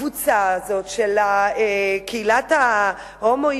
הקבוצה הזאת של קהילת ההומואים,